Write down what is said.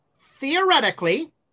theoretically